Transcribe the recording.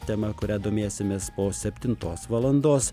tema kuria domėsimės o septintos valandos